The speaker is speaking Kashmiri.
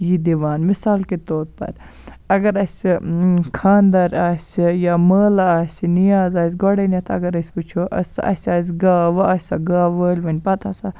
یہِ دِوان مِثال کے طور پَر اگر اَسہِ خانَدر آسہِ یا مٲلہٕ آسہِ نِیاز آسہِ گۄڈنٮ۪تھ اَگر أسۍ وٕچھو اَسہِ آسہِ گاو وۄنۍ آسہِ سۄ گاو وٲلوِنۍ پَتہٕ ہَسا